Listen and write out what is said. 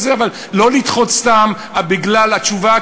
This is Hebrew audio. אבל לא לדחות סתם בגלל התשובה,